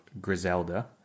Griselda